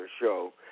show